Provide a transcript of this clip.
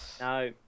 No